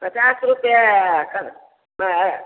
पचास रुपए हय एखन मा